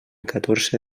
catorze